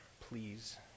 please